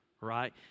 right